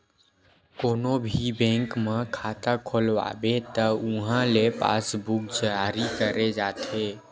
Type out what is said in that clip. कोनो भी बेंक म खाता खोलवाबे त उहां ले पासबूक जारी करे जाथे